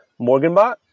MorganBot